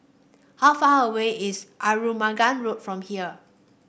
how far away is Arumugam Road from here